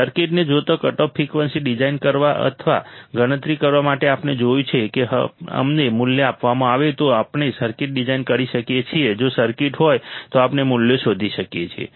સર્કિટને જોતાં cutoff frequency design કરવા અથવા ગણતરી કરવા માટે આપણે જોયું કે જો અમને મૂલ્ય આપવામાં આવે તો આપણે સર્કિટ ડિઝાઇન કરી શકીએ છીએ જો સર્કિટ હોય તો આપણે મૂલ્યો શોધી શકીએ છીએ